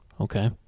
okay